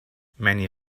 many